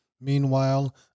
Meanwhile